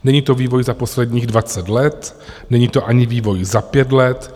Není to vývoj za posledních dvacet let, není to ani vývoj za pět let.